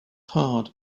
hard